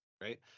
Right